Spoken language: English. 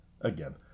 Again